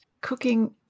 cooking